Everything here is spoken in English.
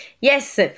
Yes